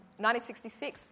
1966